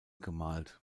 gemalt